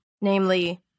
namely